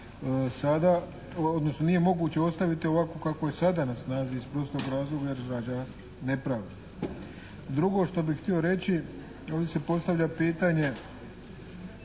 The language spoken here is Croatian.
odnosno nije moguće ostaviti ovako kako je sada na snazi iz prostog razloga jer rađa nepravdu. Drugo što bih htio reći, ovdje se postavlja pitanje